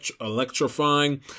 electrifying